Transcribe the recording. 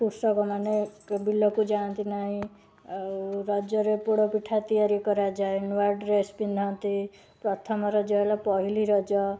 କୃଷକମାନେ ବିଲକୁ ଯାଆନ୍ତି ନାହିଁ ଆଉ ରଜରେ ପୋଡ଼ପିଠା ତିଆରି କରାଯାଏ ନୂଆଡ୍ରେସ୍ ପିନ୍ଧନ୍ତି ପ୍ରଥମ ରଜ ହେଲା ପହିଲି ରଜ